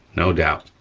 no doubt,